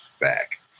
back